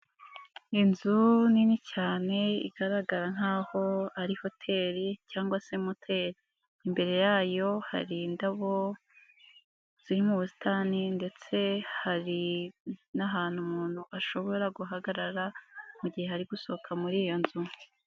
Inzu nini cyane igaragara nkaho ari hoteri cyangwa se moteri, imbere yayo hari indabo ziri mu ubusitani ndetse hari n'ahantu umuntu ashobora guhagarara mu gihe ari gusohoka muri iyo nzu.